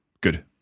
Good